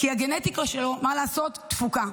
כי הגנטיקה שלו, מה לעשות, דפוקה,